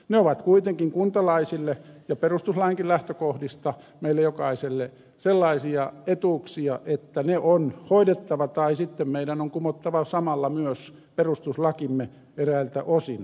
ne ovat kuitenkin kuntalaisille ja perustuslainkin lähtökohdista meille jokaiselle sellaisia etuuksia että ne on hoidettava tai sitten meidän on kumottava samalla myös perustuslakimme eräiltä osin